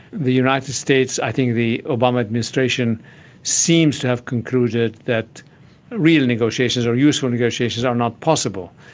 the united states, i think the obama administration seems to have concluded that real negotiations or useful negotiations are not possible.